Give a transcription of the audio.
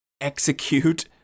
execute